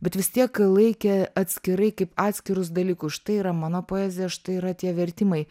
bet vis tiek laikė atskirai kaip atskirus dalykus štai yra mano poezija štai yra tie vertimai